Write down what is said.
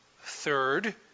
Third